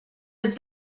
his